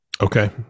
Okay